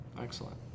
Excellent